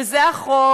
וזה החוק,